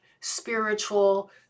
spiritual